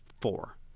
four